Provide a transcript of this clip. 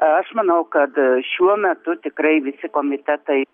aš manau kad šiuo metu tikrai visi komitetai